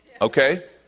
okay